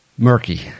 Murky